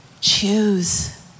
Choose